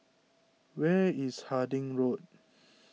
where is Harding Road